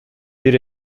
бир